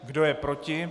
Kdo je proti?